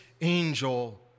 angel